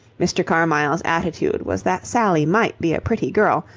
mr. carmyle's attitude was that sally might be a pretty girl,